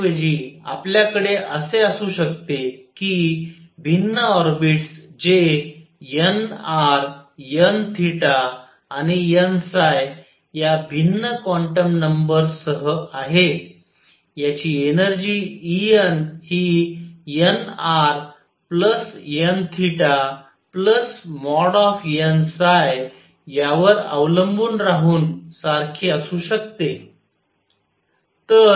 त्याऐवजी आपल्याकडे असे असू शकते की भिन्न ऑर्बिटस जे nr n theta आणि n या भिन्न क्वांटम नंबर्ससह आहेत याची एनर्जी En हि nrn।n। यावर अवलंबून राहून सारखी असू शकते